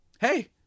hey